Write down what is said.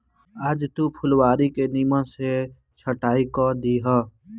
आज तू फुलवारी के निमन से छटाई कअ दिहअ